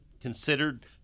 considered